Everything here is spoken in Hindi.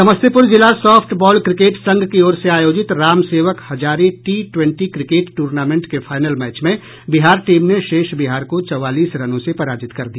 समस्तीपुर जिला सॉफ्ट बॉल क्रिकेट संघ की ओर से आयोजित Ram Sewak Hazari T twenty cricket tournament के फाइनल मैच में बिहार टीम ने शेष बिहार को चौवालीस रनों से पराजित कर दिया